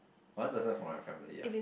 one person from my family ah